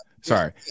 sorry